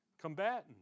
combatant